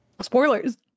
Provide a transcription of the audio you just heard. Spoilers